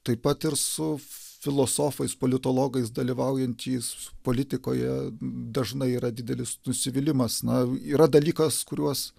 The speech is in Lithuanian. taip pat ir su filosofais politologais dalyvaujančiais politikoje dažnai yra didelis nusivylimas na yra dalykas kuriuos